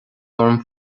orm